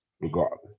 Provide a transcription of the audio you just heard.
regardless